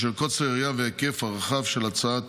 בשל קוצר היריעה וההיקף הרחב של הצעת